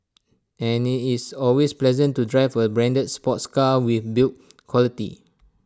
and it's always pleasant to drive A branded sports car with build quality